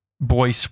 Boy